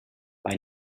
bei